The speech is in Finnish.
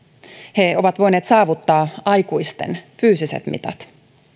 he ovat voineet saavuttaa aikuisten fyysiset mitat